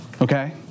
Okay